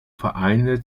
vereine